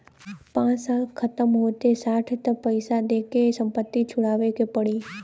पाँच साल खतम होते साठ तो पइसा दे के संपत्ति छुड़ावे के पड़ी